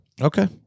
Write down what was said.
Okay